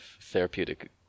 therapeutic